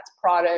product